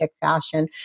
fashion